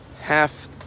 half